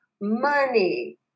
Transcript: money